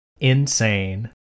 insane